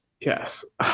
Yes